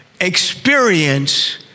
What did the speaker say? experience